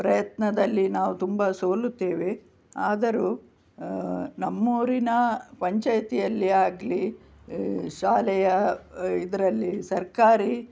ಪ್ರಯತ್ನದಲ್ಲಿ ನಾವು ತುಂಬ ಸೋಲುತ್ತೇವೆ ಆದರೂ ನಮ್ಮೂರಿನ ಪಂಚಾಯಿತಿಯಲ್ಲಿ ಆಗಲಿ ಶಾಲೆಯ ಇದರಲ್ಲಿ ಸರ್ಕಾರಿ